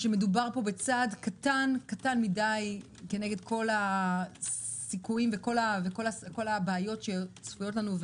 שמדובר כאן בצעד קטן מדי כנגד כל הסיכויים וכנגד כל הבעיות שצפויות לנו,